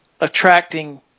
attracting